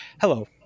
hello